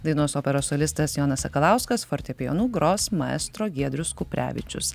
dainuos operos solistas jonas sakalauskas fortepijonu gros maestro giedrius kuprevičius